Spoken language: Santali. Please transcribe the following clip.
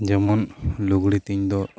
ᱡᱮᱢᱚᱱ ᱞᱩᱜᱽᱲᱤ ᱛᱤᱧ ᱫᱚ